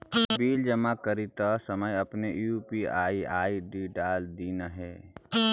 bill जमा करित समय अपन यू.पी.आई आई.डी डाल दिन्हें